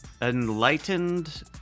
enlightened